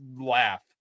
laugh